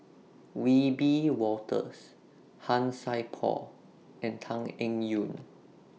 Wiebe Wolters Han Sai Por and Tan Eng Yoon